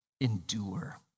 endure